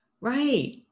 Right